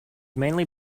mainly